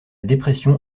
dépression